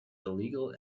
illegal